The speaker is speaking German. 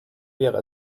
wäre